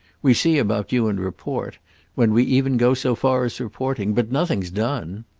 we see about you and report when we even go so far as reporting. but nothing's done.